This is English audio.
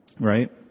right